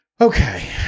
okay